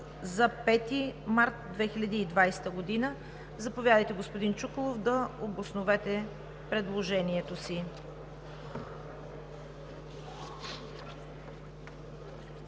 за 5 март 2020 г.“ Заповядайте, господин Чуколов, да обосновете предложението си.